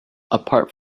apart